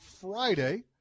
Friday